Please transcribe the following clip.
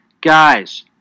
guys